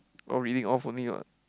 all reading off only [what]